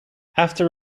after